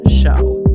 show